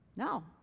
No